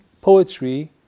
poetry